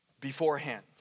beforehand